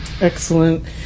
Excellent